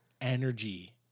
energy